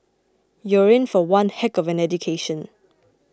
you're in for one heck of an education